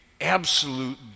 absolute